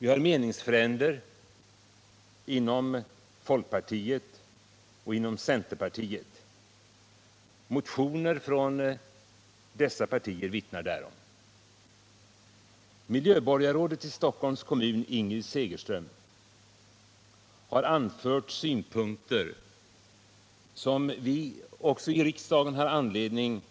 Vi har meningsfränder inom folkpartiet och centerpartiet. Motioner från dessa partier vittnar därom. Miljöborgarrådet i Stockholms kommun Ingrid Segerström har anfört synpunkter som vi också i riksdagen har anledning